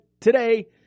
today